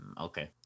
Okay